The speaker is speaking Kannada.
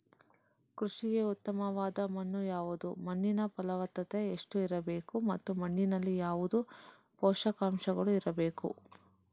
ಕೃಷಿಗೆ ಉತ್ತಮವಾದ ಮಣ್ಣು ಯಾವುದು, ಮಣ್ಣಿನ ಫಲವತ್ತತೆ ಎಷ್ಟು ಇರಬೇಕು ಮತ್ತು ಮಣ್ಣಿನಲ್ಲಿ ಯಾವುದು ಪೋಷಕಾಂಶಗಳು ಇರಬೇಕು?